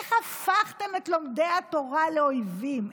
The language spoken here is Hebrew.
איך הפכתם את לומדי התורה לאויבים?